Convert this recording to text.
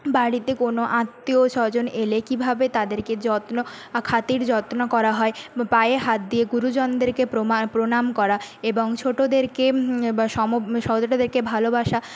বাড়িতে কোনো আত্মীয়স্বজন এলে কীভাবে তাদেরকে যত্ন খাতির যত্ন করা হয় বা পায়ে হাত দিয়ে গুরজনদেরকে প্রণাম করা এবং ছোটোদেরকে দেখে ভালোবাসা